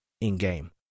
in-game